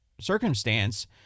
circumstance